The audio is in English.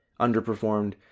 underperformed